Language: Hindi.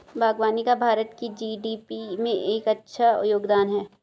बागवानी का भारत की जी.डी.पी में एक अच्छा योगदान है